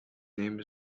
name